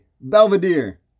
Belvedere